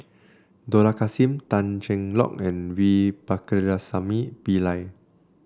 Dollah Kassim Tan Cheng Lock and V Pakirisamy Pillai